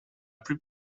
plus